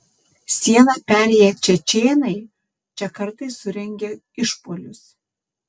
sieną perėję čečėnai čia kartais surengia išpuolius